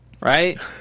right